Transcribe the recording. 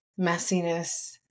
messiness